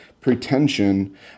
pretension